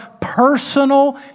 personal